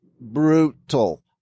brutal